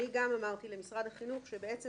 אני גם אמרתי למשרד החינוך שברגע